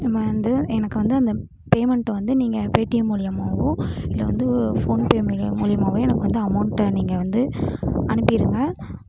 நம்ம வந்து எனக்கு வந்து அந்த பேமண்ட்டை வந்து நீங்கள் பேடிஎம் மூலயமாவோ இல்லை வந்து ஃபோன்பே மூலயமாவோ எனக்கு வந்து அமௌண்ட்டை நீங்கள் வந்து அனுப்பிடுங்க